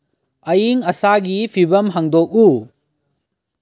ꯑꯌꯤꯡ ꯑꯁꯥꯒꯤ ꯐꯤꯕꯝ ꯍꯪꯗꯣꯛꯎ